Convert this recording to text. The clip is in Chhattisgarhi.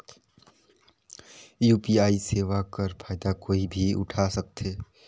यू.पी.आई सेवा कर फायदा कोई भी उठा सकथे?